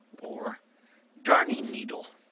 or darning needle,